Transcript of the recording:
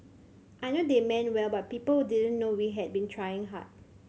I know they meant well but people didn't know we had been trying hard